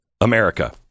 America